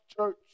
church